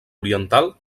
oriental